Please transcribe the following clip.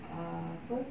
err apa